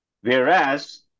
Whereas